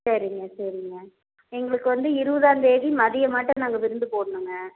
சரிங்க சரிங்க எங்களுக்கு வந்து இருபதாந்தேதி மதியம் மாட்டை நாங்கள் விருந்து போடனுங்க